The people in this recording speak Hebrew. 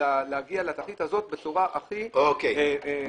להגיע לתכלית הזאת בצורה הכי מאוזנת.